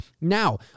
Now